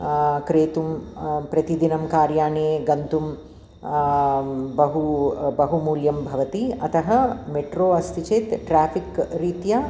क्रेतुं प्रतिदिनं कार् याने गन्तुं बहु बहुमूल्यं भवति अतः मेट्रो अस्ति चेत् ट्राफिक् रीत्या